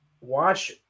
watch